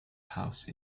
house